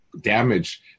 damage